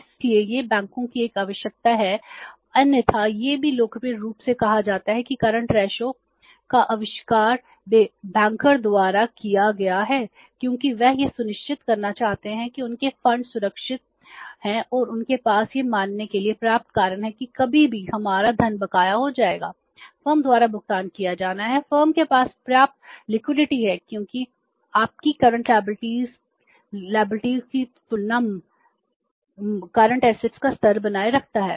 इसलिए यह बैंकों की एक आवश्यकता है अन्यथा यह भी लोकप्रिय रूप से कहा जाता है कि करंट रेशों का स्तर बनाए रखता है